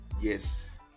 Yes